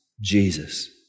Jesus